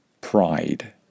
Pride